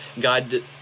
God